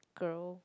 girl